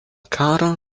karo